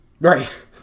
right